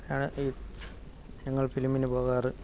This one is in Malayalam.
ആ ഈ ഞങ്ങൾ ഫിലിമിന് പോകാറ്